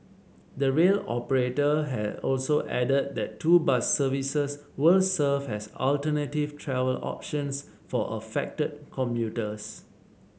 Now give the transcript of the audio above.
the rail operator also added that two bus services will serve as alternative travel options for affected commuters